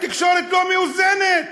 התקשורת לא מאוזנת,